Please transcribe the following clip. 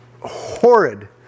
horrid